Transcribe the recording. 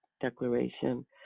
declaration